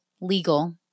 legal